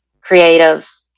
creative